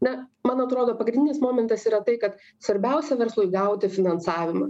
na man atrodo pagrindinis momentas yra tai kad svarbiausia verslui gauti finansavimą